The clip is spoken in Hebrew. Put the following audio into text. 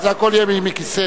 זה הכול יהיה מכיסנו.